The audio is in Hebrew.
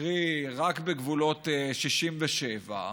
קרי רק בגבולות 67',